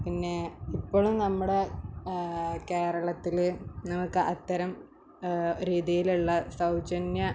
പിന്നെ ഇപ്പളും നമ്മുടെ കേരളത്തില് നമുക്ക് അത്തരം രീതിയിലുള്ള സൗജന്യ